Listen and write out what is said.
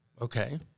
okay